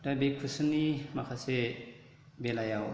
दा बे कुइसननि माखासे बेलायाव